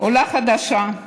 עולה חדשה,